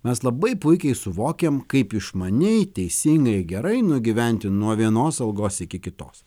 mes labai puikiai suvokiam kaip išmaniai teisingai gerai nugyventi nuo vienos algos iki kitos